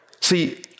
See